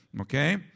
Okay